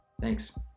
Thanks